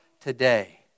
today